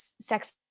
sex